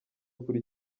kuri